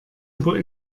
über